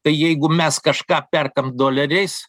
tai jeigu mes kažką perkam doleriais